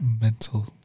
Mental